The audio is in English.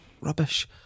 rubbish